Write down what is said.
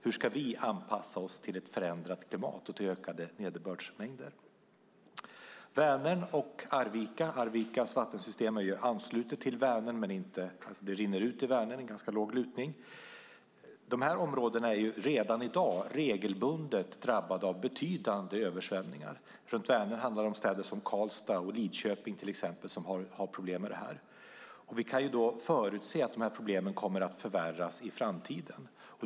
Hur ska vi anpassa oss till ett förändrat klimat och ökade nederbördsmängder? Arvikas vattensystem är anslutet till Vänern; det rinner ut i Vänern med ganska låg lutning. De områdena är redan i dag regelbundet drabbade av betydande översvämningar. Runt Vänern är det till exempel Karlstad och Lidköping som har problem med detta. Vi kan förutse att problemen kommer att förvärras i framtiden.